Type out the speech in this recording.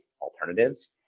alternatives